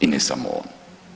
I ne samo on.